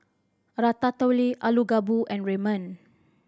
Ratatouille Alu Gobi and Ramen